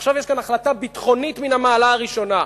עכשיו יש כאן החלטה ביטחונית מן המעלה הראשונה.